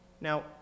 Now